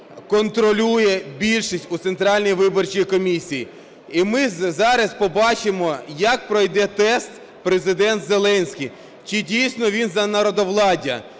контролює більшість у Центральній виборчій комісії. І ми зараз побачимо, як пройде тест Президент Зеленський, чи дійсно він за народовладдя,